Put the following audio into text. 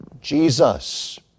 Jesus